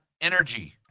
energy